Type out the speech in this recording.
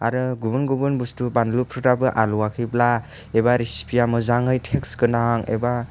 आरो गुबुन गुबुन बुस्थु बानलुफ्राबो आलौयाखैब्ला एबा रेसिपिया मोजाङै थेस गोनां एबा